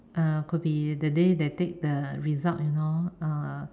uh could be that day they take the result you know uh